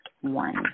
one